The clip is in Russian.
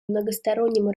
многостороннем